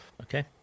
Okay